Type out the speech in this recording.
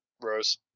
Rose